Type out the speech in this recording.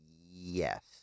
Yes